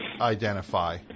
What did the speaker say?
identify